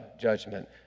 judgment